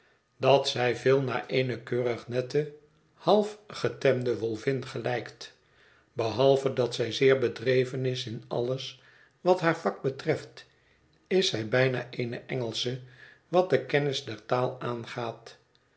dat zij veel naar eene keurig nette half getemde wolvin gelijkt behalve dat zij zeer bedreven is in alles wat haar vak betreft is zij bijna eene cngelsche wat de kennis der taal aangaat